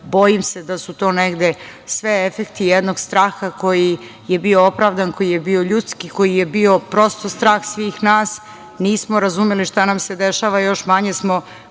bojim se da su to negde sve efekti jednog straha koji je bio opravdan, koji je bio ljudski, koji je bio prosto strah svih nas, nismo razumeli šta nam se dešava, a još manje smo